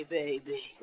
baby